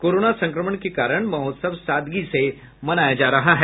corona संक्रमण के कारण महोत्सव सादगी से मनाया जा रहा है